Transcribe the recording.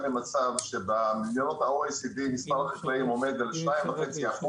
במצב שבמדינות ה-OECD מספר החקלאים עומד על 2.5%,